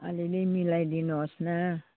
अलिअलि मिलाइदिनुहोस् न